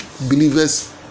believers